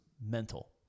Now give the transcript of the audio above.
mental